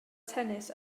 tennis